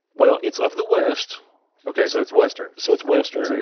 well, it's of the west okay, so it's western so it's western.